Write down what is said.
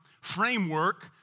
framework